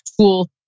tool